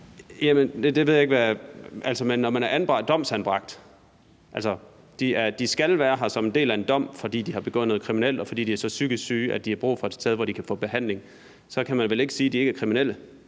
Jamen det ved jeg ikke: Altså, når de er domsanbragt – de skal være her som en del af en dom, fordi de har begået noget kriminelt, og fordi de er så psykisk syge, at de har brug for et sted, hvor de kan få behandling – kan man vel ikke sige, at de ikke er kriminelle.